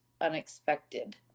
unexpected